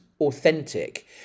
authentic